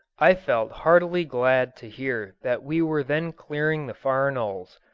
i felt heartily glad to hear that we were then clearing the faranolles,